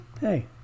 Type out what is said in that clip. hey